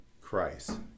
christ